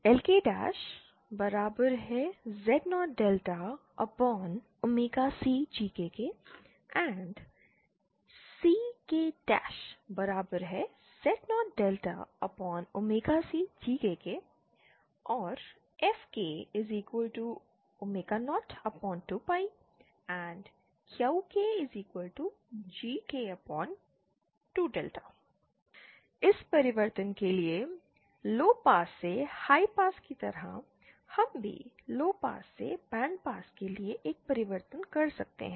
LkZ0cgk and CkZ0cgk or fk02π and Qkgk2 इस परिवर्तन के लिए लोपास से हाईपास की तरह हम भी लोपास से बैंडपास के लिए एक परिवर्तन कर सकते हैं